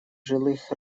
жилых